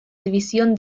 división